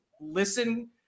listen